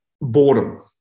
Boredom